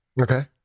Okay